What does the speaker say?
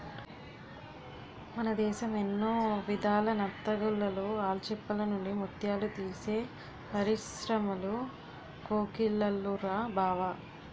మన దేశం ఎన్నో విధాల నత్తగుల్లలు, ఆల్చిప్పల నుండి ముత్యాలు తీసే పరిశ్రములు కోకొల్లలురా బావా